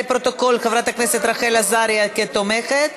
לפרוטוקול, חברת הכנסת רחל עזריה תומכת.